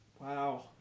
Wow